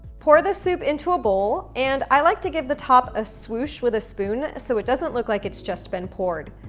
pour the soup into a bowl and i like to give the top a swoosh with a spoon so it doesn't look like it's just been poured.